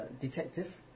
detective